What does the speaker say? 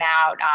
out